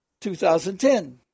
2010